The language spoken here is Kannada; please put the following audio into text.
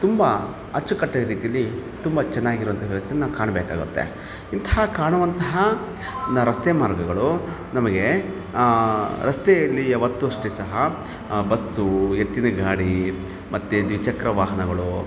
ತುಂಬ ಅಚ್ಚುಕಟ್ಟಾದ ರೀತಿಯಲ್ಲಿ ತುಂಬ ಚೆನ್ನಾಗಿರೋವಂಥ ವ್ಯವಸ್ಥೆಯನ್ನು ನಾವು ಕಾಣಬೇಕಾಗತ್ತೆ ಇಂತಹ ಕಾಣುವಂತಹ ರಸ್ತೆ ಮಾರ್ಗಗಳು ನಮಗೆ ರಸ್ತೆಯಲ್ಲಿ ಯಾವತ್ತೂ ಅಷ್ಟೇ ಸಹ ಬಸ್ಸು ಎತ್ತಿನಗಾಡಿ ಮತ್ತೆ ದ್ವಿಚಕ್ರ ವಾಹನಗಳು